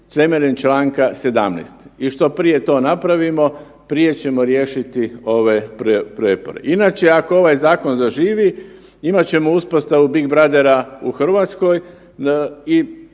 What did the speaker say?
temeljem čl. 17. i što prije to napravimo, prije ćemo riješiti ove prijepore. Inače, ako ovaj zakon zaživi, imat ćemo uspostavu „Big Brothera“ u Hrvatskoj i